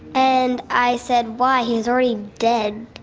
and i said, why? he's already dead.